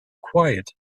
quiet